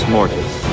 Mortis